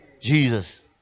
Jesus